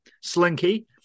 slinky